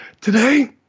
today